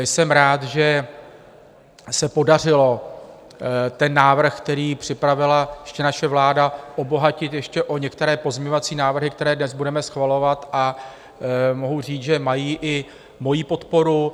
Jsem rád, že se podařilo ten návrh, který připravila ještě naše vláda, obohatit ještě o některé pozměňovací návrhy, které dnes budeme schvalovat, a mohu říct, že mají i moji podporu.